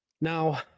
Now